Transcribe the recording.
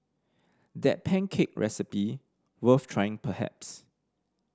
that pancake recipe worth trying perhaps